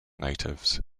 natives